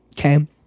Okay